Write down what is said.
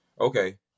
okay